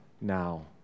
now